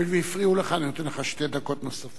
הואיל והפריעו לך, אני נותן לך שתי דקות נוספות.